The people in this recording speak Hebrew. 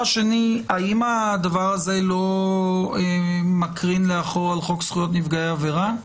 האם הדבר הזה לא מקרין לאחור על חוק זכויות נפגעי עבירה?